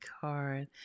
card